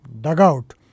dugout